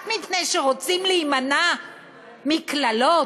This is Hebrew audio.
רק מפני שרוצים להימנע מקללות